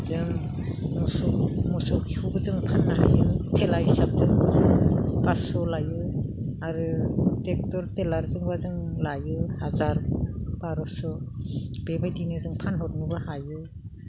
जों मोसौ खिखौबो जों फाननो हायो थेला हिसाब जों पास्स' लायो आरो ट्रेक्ट'र थेलाजोंबा जों लायो हाजार बार'स' बेबायदिनो जों फानहरनोबो हायो